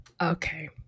okay